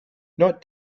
not